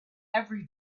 every